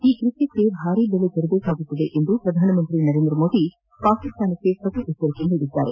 ಈ ಕೃತ್ಯಕ್ಕೆ ಭಾರೀ ಬೆಲೆ ತೆರಬೇಕಾಗುತ್ತದೆ ಎಂದು ಪ್ರಧಾನಿ ನರೇಂದ್ರ ಮೋದಿ ಪಾಕಿಸ್ತಾನಕ್ಕೆ ಎಚ್ವರಿಕೆ ನೀಡಿದ್ದಾರೆ